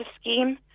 scheme